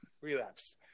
Relapsed